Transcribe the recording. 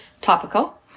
topical